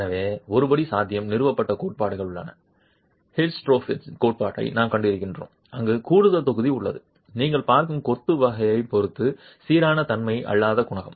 எனவே ஒருபடி சாத்தியம் நிறுவப்பட்ட கோட்பாடுகள் உள்ளன ஹில்ஸ்டோர்ஃப்பின் கோட்பாட்டையும் நாம் கண்டிருக்கிறோம் அங்கு கூடுதல் தொகுதி உள்ளது நீங்கள் பார்க்கும் கொத்து வகையைப் பொறுத்து சீரான தன்மை அல்லாத குணகம்